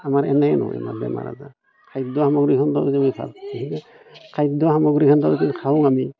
আমাৰ এনেই মানে বেমাৰ আজাৰ খাদ্য সামগ্ৰী খাদ্য সামগ্ৰী খাওঁ আমি